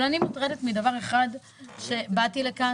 אבל אני מוטרדת כי באתי לכאן